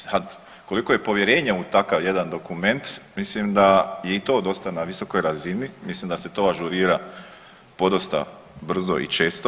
Sad, koliko je povjerenje u takav jedan dokument, mislim da je i to dosta na visokoj razini, mislim da se to ažurira podosta brzo i često.